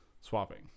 swapping